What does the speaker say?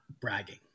bragging